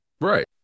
Right